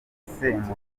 semugazi